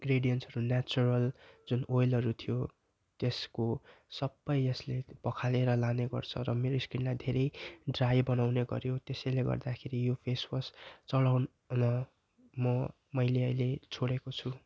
ग्रेडियन्सहरू natural जुन ओयलहरू थियो त्यसको सबै यसले पखालेर लाने गर्छ र मेरो स्किनलाई धेरै ड्राई बनाउने गऱ्यो र त्यसैले गर्दाखेरि यो फेसवास चलाउन म मैले अहिले छोडेको छु